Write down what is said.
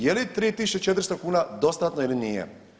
Je li 3400 kuna dostatno ili nije?